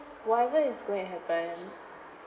whatever is going to happen